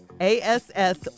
ASS